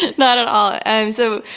not at all. and so,